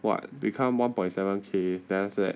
what become one point seven K then after that